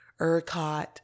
ERCOT